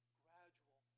gradual